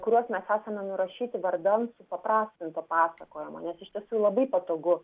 kuriuos mes esame nurašyti vardan supaprastinto pasakojimo nes iš tiesų labai patogu